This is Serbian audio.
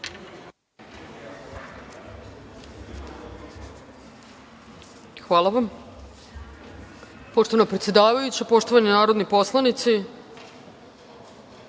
Hvala vam.